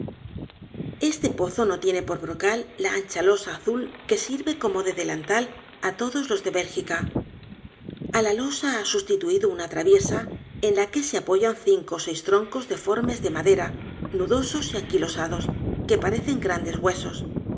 este pozo no tiene por brocal la ancha losa azul que sirve como de delantal á todos los de bélgica a la losa ha sustituido una traviesa en la que se apoyan cinco ó seis troncos deformes de madera nudosos y enquilosados que parecen grandes huesos